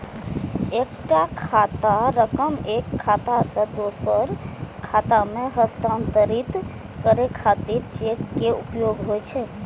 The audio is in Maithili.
एकटा खास रकम एक खाता सं दोसर खाता मे हस्तांतरित करै खातिर चेक के उपयोग होइ छै